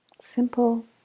Simple